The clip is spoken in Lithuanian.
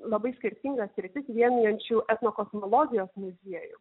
labai skirtingas sritis vienijančių etnokosmologijos muziejų